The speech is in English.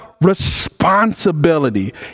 responsibility